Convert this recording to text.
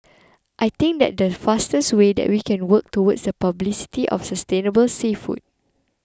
I think that's the faster way that we can work towards publicity of sustainable seafood